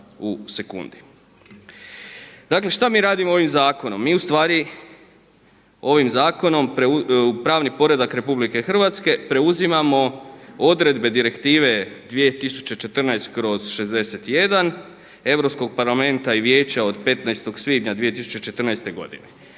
Dakle šta mi radimo ovim zakonom? Mi ustvari ovim zakonom u pravni poredak RH preuzimamo odredbe Direktive 2014/61 Europskog parlamenta i Vijeća od 15. svibnja 2014. godine,